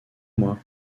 moi